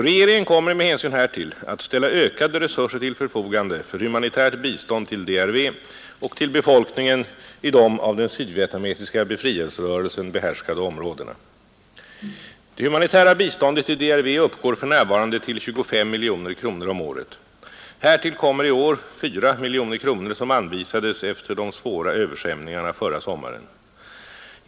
Regeringen kommer med hänsyn härtill att ställa ökade resurser till förfogande för humanitärt bistånd till DRV och till befolkningen i de av den sydvietnamesiska befrielserörelsen behärskade områdena. Det humanitära biståndet till DRV uppgår för närvarande till 25 miljoner kronor om året. Härtill kommer i år 4 miljoner kronor, som anvisades efter de svåra översvämningarna förra sommaren.